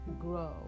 grow